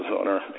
owner